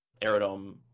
aerodome